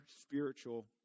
spiritual